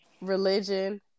religion